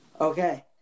Okay